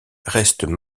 restent